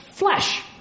flesh